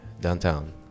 downtown